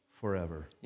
forever